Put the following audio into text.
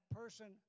person